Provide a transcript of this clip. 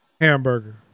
Hamburger